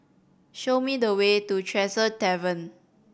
show me the way to Tresor Tavern